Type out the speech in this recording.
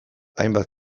hainbat